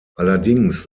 allerdings